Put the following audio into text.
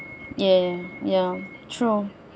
ya ya true